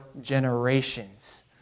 generations